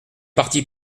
parti